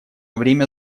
время